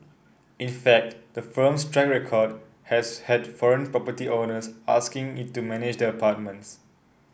in fact the firm's track record has had foreign property owners asking it to manage their apartments